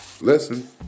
listen